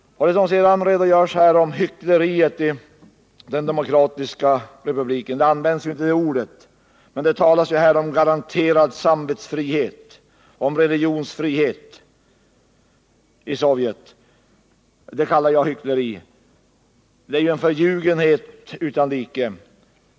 Utskottet redogör här för hyckleriet i den demokratiska republiken. Man använder inte det ordet, men det talas om garanterad samvetsfrihet och religionsfrihet i Sovjet, och det kallar jag hyckleri. Det är en förljugenhet utan like.